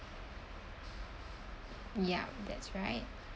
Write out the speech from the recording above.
yup that's right